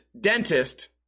dentist